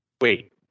Wait